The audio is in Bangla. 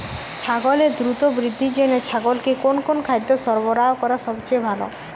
ছাগলের দ্রুত বৃদ্ধির জন্য ছাগলকে কোন কোন খাদ্য সরবরাহ করা সবচেয়ে ভালো?